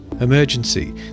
Emergency